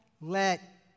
let